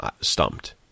stumped